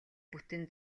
бүтэн